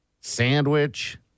Sandwich